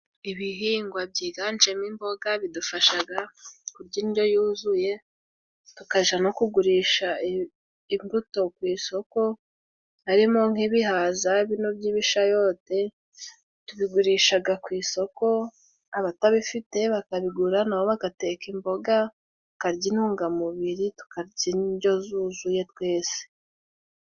Ibihingwa byiganjemo imboga bidufasha kurya indyo yuzuye, tukajya no kugurisha imbuto ku isoko harimo nk'ibihaza bino by'ibishayote tubigurisha ku isoko, abatabifite bakabigura na bo bagateka imboga bakarya intungamubiri, tukarya indyo yuzuye twese.